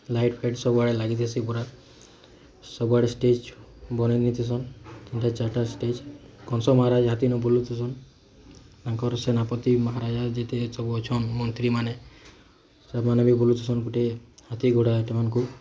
ଲାଇଟ୍ଫାଇଟ୍ ସବୁଆଡ଼େ ଲାଗି ଥିସି ପୁରା ସବୁଆଡ଼େ ଷ୍ଟେଜ୍ ବନେଇ ନେଇ ଥିସନ୍ ତିନ୍ଟା ଚାର୍ଟା ଷ୍ଟେଜ୍ କଂସ ମହାରାଜା ହାଥୀ ନୁ ବୁଲୁ ଥିସନ୍ ତାଙ୍କର୍ ସେନାପତି ମହାରାଜା ଯେତେ ସବୁ ଅଛନ୍ ମନ୍ତ୍ରୀମାନେ ସେମାନେ ବି ବୁଲୁ ଥିସନ୍ ଗୁଟେ ହାତୀ ଘୋଡ଼ା ମାନ୍ଙ୍କୁ